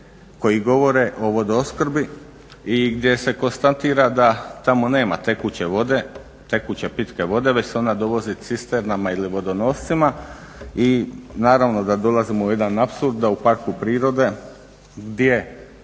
koji govore o vodoopskrbi i gdje se konstatira da tamo nema tekuće vode, tekuće pitke vode već se ona dovozi cisternama ili vodonoscima i naravno da dolazimo u jedan apsurd da u parku prirode gdje